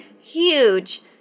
huge